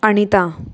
आणिता